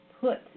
Put